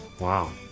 Wow